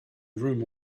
room